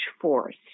force